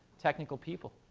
technical people.